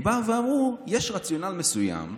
כי באו ואמרו: יש רציונל מסוים,